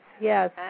yes